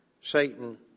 Satan